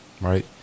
right